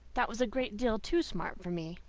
that was a great deal too smart for me.